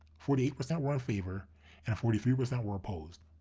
forty eight percent were in favor and forty three percent were opposed.